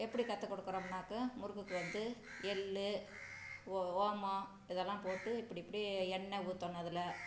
எப்படி கற்று கொடுக்குறோம்னாக்க முறுக்குக்கு வந்து எள்ளு ஓமம் இதெல்லாம் போட்டு இப்படி இப்படி எண்ணெய் ஊற்றணும் அதில்